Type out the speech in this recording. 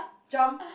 jump